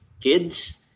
kids